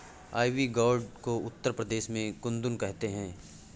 ivy gourd को उत्तर प्रदेश में कुद्रुन कहते हैं